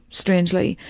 strangely,